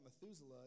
Methuselah